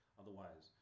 otherwise